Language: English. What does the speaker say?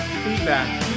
feedback